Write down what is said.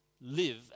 Live